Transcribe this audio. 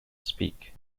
speak